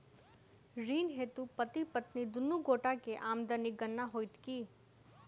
ऋण हेतु पति पत्नी दुनू गोटा केँ आमदनीक गणना होइत की?